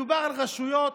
מדובר על רשויות